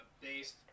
based